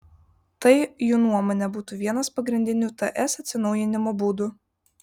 tai jų nuomone būtų vienas pagrindinių ts atsinaujinimo būdų